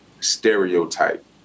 stereotype